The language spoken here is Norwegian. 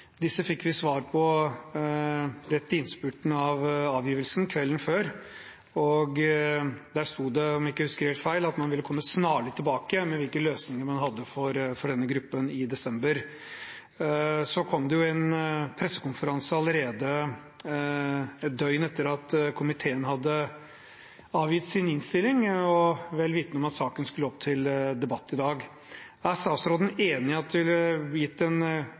Disse fikk vi svar på rett i innspurten av avgivelsen – kvelden før. Der sto det, om jeg ikke husker helt feil, at man ville komme snarlig tilbake med hvilke løsninger man hadde for denne gruppen i desember. Så var det en pressekonferanse allerede ett døgn etter at komiteen hadde avgitt sin innstilling – vel vitende om at saken skulle opp til debatt i dag. Er statsråden enig i at det ville gitt en